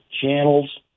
channels